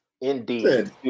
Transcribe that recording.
Indeed